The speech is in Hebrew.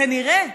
כנראה